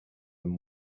them